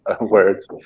words